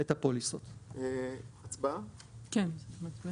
מי בעד?